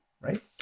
Right